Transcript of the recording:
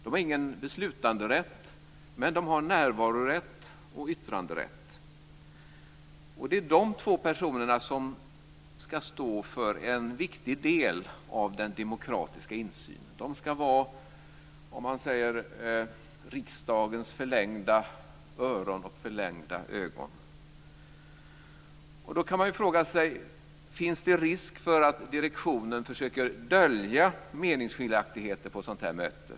De har ingen beslutanderätt, men de har närvarorätt och yttranderätt. Det är de två personerna som ska stå för en viktig del av den demokratiska insynen. Man kan säga att de ska vara riksdagens förlängda öron och ögon. Man kan fråga sig: Finns det risk för att direktionen försöker dölja meningsskiljaktigheter på ett sådant här möte?